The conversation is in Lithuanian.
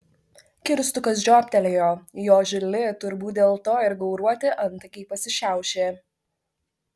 kirstukas žiobtelėjo jo žili turbūt dėl to ir gauruoti antakiai pasišiaušė